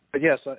yes